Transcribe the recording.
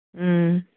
ꯎꯝ